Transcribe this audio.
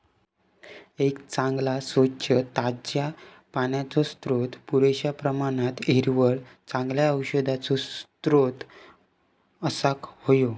एक चांगला, स्वच्छ, ताज्या पाण्याचो स्त्रोत, पुरेश्या प्रमाणात हिरवळ, चांगल्या औषधांचो स्त्रोत असाक व्हया